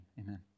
Amen